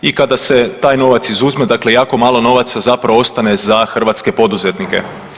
I kada se taj novac izuzme dakle jako malo novaca zapravo ostane za hrvatske poduzetnike.